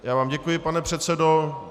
Já vám děkuji, pane předsedo.